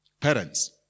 Parents